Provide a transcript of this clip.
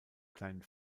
kleinen